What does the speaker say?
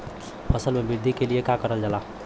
फसल मे वृद्धि के लिए का करल जाला?